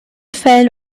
fällen